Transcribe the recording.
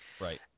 Right